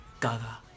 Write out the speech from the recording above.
Gaga